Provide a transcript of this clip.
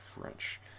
French